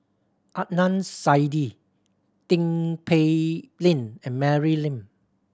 Adnan Saidi Tin Pei Ling and Mary Lim